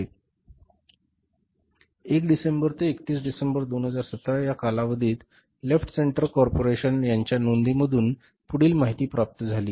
1 December ते 31 December 2017 या कालावधीत लेफ्ट सेंटर कॉर्पोरेशन यांच्या नोंदींमधून पुढील माहिती प्राप्त झाली आहे